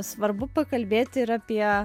svarbu pakalbėti ir apie